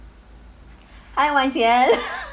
hi wan sien